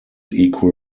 equal